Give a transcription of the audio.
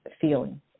feeling